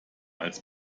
als